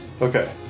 Okay